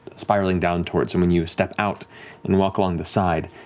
spiraling down towards and when you step out and walk along the side,